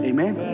Amen